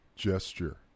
Gesture